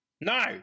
No